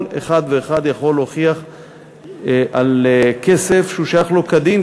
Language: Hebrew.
כל אחד ואחד יכול להוכיח שהכסף שייך לו כדין,